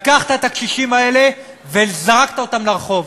לקחת את הקשישים הלאה וזרקת אותם לרחוב.